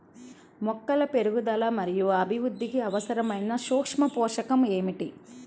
మొక్కల పెరుగుదల మరియు అభివృద్ధికి అవసరమైన సూక్ష్మ పోషకం ఏమిటి?